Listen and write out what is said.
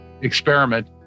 experiment